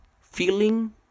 feeling